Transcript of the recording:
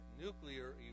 nuclear